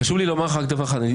חשוב לי לומר לך רק דבר אחד.